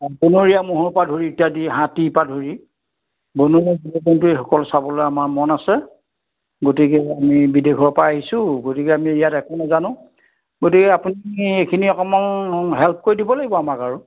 বনৰীয়া ম'হৰপৰা ধৰি ইত্যাদি হাতীৰপৰা ধৰি বনৰীয়া জীৱ জন্তু এইসকল চাবলৈ আমাৰ মন আছে গতিকে আমি বিদেশৰপৰা আহিছোঁ গতিকে আমি ইয়াত একো নাজানো গতিকে আপুনি এইখিনি অকণমান হেল্প কৰি দিব লাগিব আমাক আৰু